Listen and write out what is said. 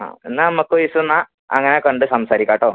ആ എന്നാൽ നമുക്ക് ഒരു ദിവസം എന്നാൽ അങ്ങനെ കണ്ട് സംസാരിക്കാം കേട്ടോ